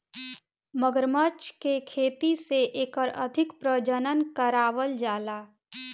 मगरमच्छ के खेती से एकर अधिक प्रजनन करावल जाला